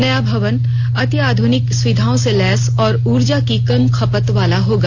नया भवन अत्याध्रनिक सुविधाओं से लैस और ऊर्जा की कम खपत वाला होगा